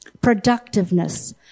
productiveness